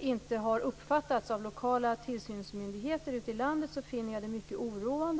inte har uppfattats av lokala tillsynsmyndigheter ute i landet så finner jag det mycket oroande.